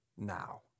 Now